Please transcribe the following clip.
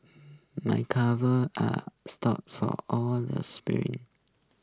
my calves are stop for all the sprints